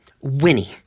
Winnie